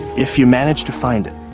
if you manage to find it,